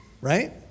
right